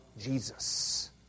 Jesus